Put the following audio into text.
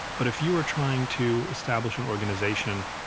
but if you are trying to establish an organization,